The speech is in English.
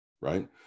right